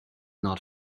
not